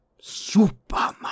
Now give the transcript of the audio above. Superman